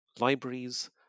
libraries